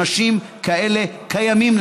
אנשים כאלה קיימים,